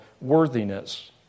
worthiness